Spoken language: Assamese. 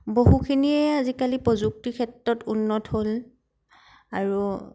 বহুখিনিয়ে আজিকালি প্ৰযুক্তিৰ ক্ষেত্ৰত উন্নত হ'ল আৰু